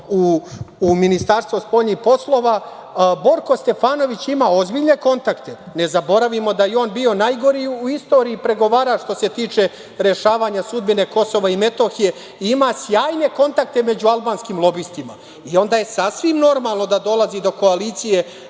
u Ministarstvo spoljnih poslova. Borko Stefanović ima ozbiljne kontakte. Ne zaboravimo da je on bio najgori u istoriji pregovarač što se tiče rešavanja sudbine Kosova i Metohije, ima sjajne kontakte među albanskim lobistima. Onda je sasvim normalno da dolazi do koalicije